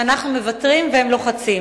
שאנחנו מוותרים והם לוחצים,